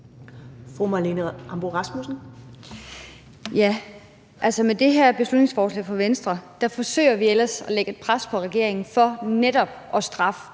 Marlene Ambo-Rasmussen (V): Med det her beslutningsforslag fra Venstre forsøger vi ellers at lægge et pres på regeringen for netop at straffe